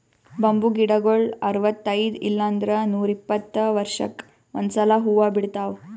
bamboo ಗಿಡಗೊಳ್ ಅರವತೈದ್ ಇಲ್ಲಂದ್ರ ನೂರಿಪ್ಪತ್ತ ವರ್ಷಕ್ಕ್ ಒಂದ್ಸಲಾ ಹೂವಾ ಬಿಡ್ತಾವ್